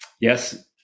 Yes